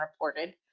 reported